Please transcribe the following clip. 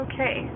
Okay